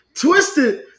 twisted